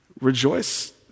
Rejoice